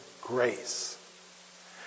grace